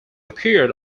appeared